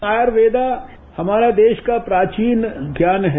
आयुर्वेद हमारे देश का प्राचीन ज्ञान है